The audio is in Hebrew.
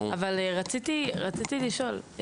אבל רציתי לשאול.